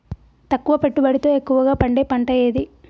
తక్కువ పెట్టుబడితో ఎక్కువగా పండే పంట ఏది?